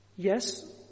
Yes